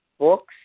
books